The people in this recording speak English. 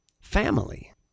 family